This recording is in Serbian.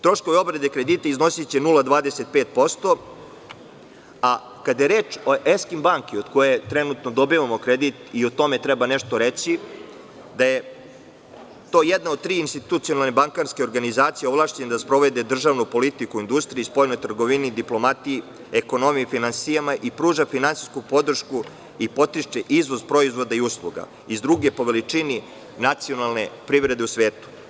Troškovi obrade kredite iznosiće 0,25%, a kada je reč o „Eskim banci“ , od koje trenutno dobijamo kredit i o tome treba nešto reći, da je to jedna od tri institucionalne bankarske organizacije, ovlašćena da sprovede državnu politiku u industriji, spoljnoj trgovini, diplomatiji, ekonomiji, finansijama i pruža finansijsku podršku i podstiče izvoz proizvoda i usluga iz druge po veličini nacionalne privrede u svetu.